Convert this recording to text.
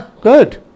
Good